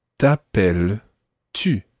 t'appelles-tu